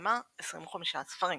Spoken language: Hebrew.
פרסמה 25 ספרים.